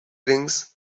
rings